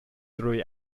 drwy